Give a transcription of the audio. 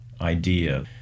idea